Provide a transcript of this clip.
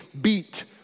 beat